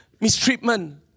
mistreatment